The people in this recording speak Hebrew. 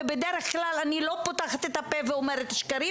אני בדרך כלל לא פותחת את הפה ואומרת שקרים